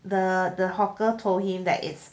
the the hawker told him that its